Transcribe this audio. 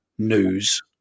News